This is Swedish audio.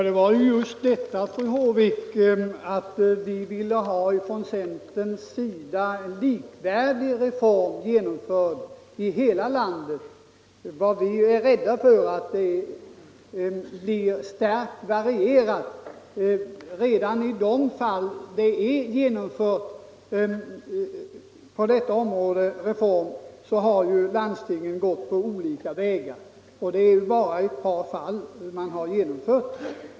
Herr talman! Vi vill, fru Håvik, från centerns sida ha en likvärdig reform genomförd i hela landet. Vi är rädda för att det blir stora variationer om landstingen skall genomföra den själva. Redan i de fall reformen är genomförd har landstingen gått olika vägar. Det är f.ö. bara i ett par fall reformen är helt genomförd.